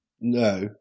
No